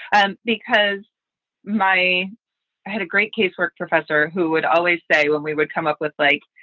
and because my i had a great casework professor who would always say when we would come up with, like,